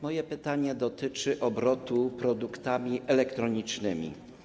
Moje pytanie dotyczy obrotu produktami elektronicznymi.